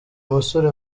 musore